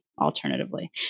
alternatively